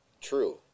true